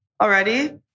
already